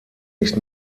nicht